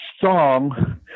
song